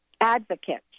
advocates